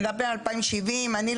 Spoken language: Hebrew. מדברים 2070. אני,